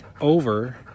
over